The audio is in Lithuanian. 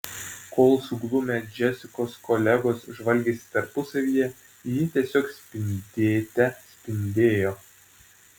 kol suglumę džesikos kolegos žvalgėsi tarpusavyje ji tiesiog spindėte spindėjo